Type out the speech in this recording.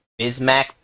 Bismack